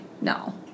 No